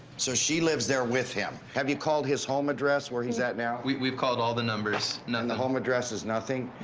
so she lives there with him. have you called his home where he's at now? we've called all the numbers. nothing. the home address is nothing?